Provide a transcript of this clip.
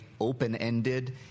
open-ended